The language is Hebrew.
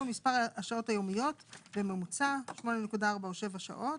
(כפול מספר השעות היומיות בממוצע (8.4 או 7 שעות)